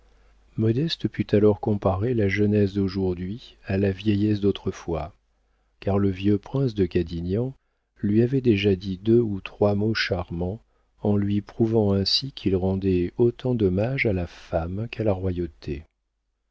put alors comparer la jeunesse d'aujourd'hui à la vieillesse d'autrefois car le vieux prince de cadignan lui avait déjà dit deux ou trois mots charmants en lui prouvant ainsi qu'il rendait autant d'hommages à la femme qu'à la royauté